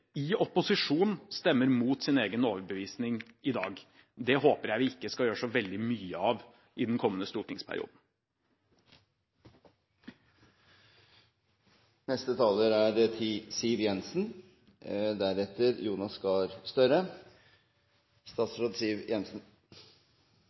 i opposisjon stemmer imot sin egen overbevisning i dag. Det håper jeg vi ikke skal gjøre så veldig mye av i den kommende stortingsperioden. Det er